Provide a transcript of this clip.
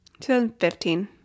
2015